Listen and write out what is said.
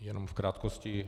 Jenom v krátkosti.